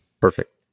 Perfect